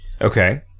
Okay